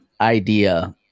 idea